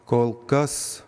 kol kas